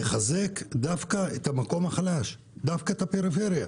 לחזק דווקא את המקום החלש, דווקא את הפריפריה.